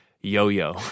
yo-yo